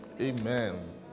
Amen